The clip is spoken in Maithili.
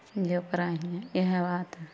जे ओकरा यहाँ इएह बात हइ